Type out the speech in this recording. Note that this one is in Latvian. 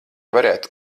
varētu